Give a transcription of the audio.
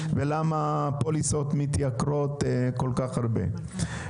ולמה הפוליסות מתייקרות כל כך הרבה?